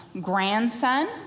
grandson